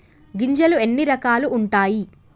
గింజలు ఎన్ని రకాలు ఉంటాయి?